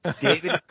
David